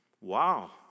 wow